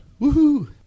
Woohoo